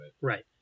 Right